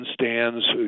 stands